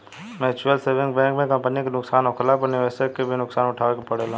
mutual saving bank में company के नुकसान होखला पर निवेशक के भी नुकसान उठावे के पड़ेला